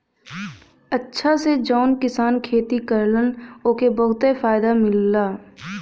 अचछा से जौन किसान खेती करलन ओके बहुते फायदा मिलला